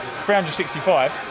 365